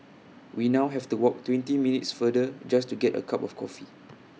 we now have to walk twenty minutes farther just to get A cup of coffee